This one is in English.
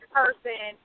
person